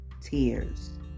tears